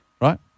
right